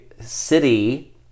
city